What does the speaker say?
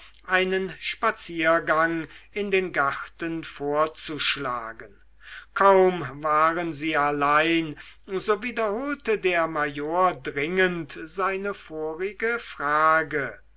einen spaziergang in den garten vorzuschlagen kaum waren sie allein so wiederholte der major dringend seine vorige frage